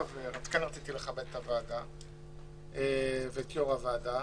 ורציתי לכבד את הוועדה ואת יו"ר הוועדה.